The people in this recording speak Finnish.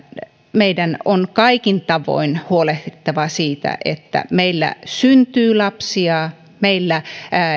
meidän on kaikin tavoin huolehdittava siitä että meillä syntyy lapsia meillä